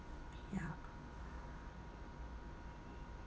ya